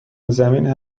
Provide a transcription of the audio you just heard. زمین